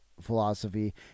philosophy